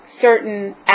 certain